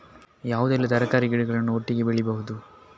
ಯಾವುದೆಲ್ಲ ತರಕಾರಿ ಗಿಡಗಳನ್ನು ಒಟ್ಟಿಗೆ ಬೆಳಿಬಹುದು?